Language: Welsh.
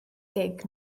gig